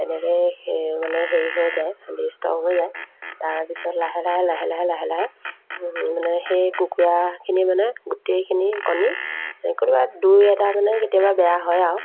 তেনেকৈ সেই মানে হেৰি হৈ যায় হেৰি ষ্ট্ৰং হৈ যায় তাৰপিছত লাহে লাহে লাহে লাহে লাহে লাহে মানে সেই কুকুৰাখিনি মানে গোটেইখিনি কণী ক'ৰবাত দুই এটা মানে কেতিয়াবা বেয়া হয় আৰু